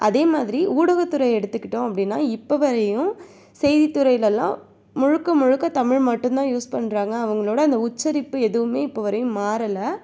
அதே மாதிரி ஊடகத்துறையை எடுத்துக்கிட்டோம் அப்படின்னா இப்போ வரையும் செய்தி துறையிலலாம் முழுக்க முழுக்க தமிழ் மட்டும்தான் யூஸ் பண்ணுறாங்க அவங்களோட அந்த உச்சரிப்பு எதுவுமே இப்போ வரையும் மாறலை